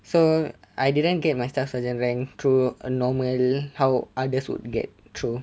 so I didn't get my staff sergeant rank through a normal how others would get through